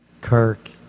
Kirk